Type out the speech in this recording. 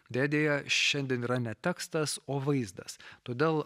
deja deja šiandien yra ne tekstas o vaizdas todėl